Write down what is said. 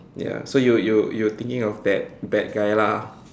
ya so you you you thinking of that bad guy lah